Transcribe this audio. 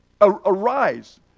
Arise